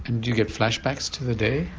and do you get flashbacks to the day?